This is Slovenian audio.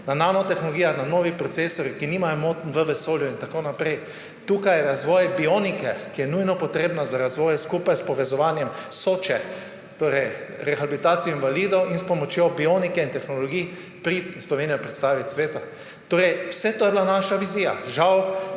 na nanotehnologijah, na novih procesorjih, ki nimajo motenj v vesolju in tako naprej. Tukaj je razvoj bionike, ki je nujno potrebna za razvoj skupaj s povezovanjem Soče, torej rehabilitacija invalidov, in s pomočjo Bionike in tehnologij Slovenijo predstaviti svetu. Torej vse to je bila naša vizija. Žal